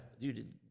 dude